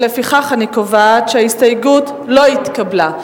לפיכך, אני קובעת שההסתייגות לא התקבלה.